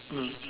mm